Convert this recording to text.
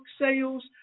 sales